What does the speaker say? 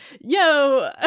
yo